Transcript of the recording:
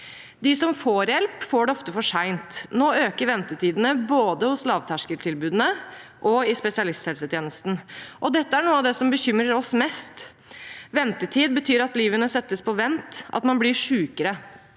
De som får hjelp, får det ofte for sent. Nå øker ventetiden både hos lavterskeltilbudene og i spesialisthelsetjenesten. Dette er noe av det som bekymrer oss mest. Ventetid betyr at livet settes på vent, og at man blir sykere.